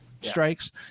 strikes